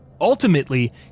Ultimately